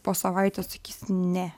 po savaitės sakysi ne